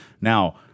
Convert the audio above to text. Now